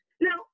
Now